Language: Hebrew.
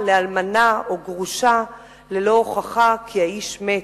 לאלמנה או גרושה ללא הוכחה כי האיש מת